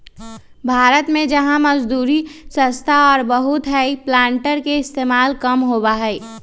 भारत में जहाँ मजदूरी सस्ता और बहुत हई प्लांटर के इस्तेमाल कम होबा हई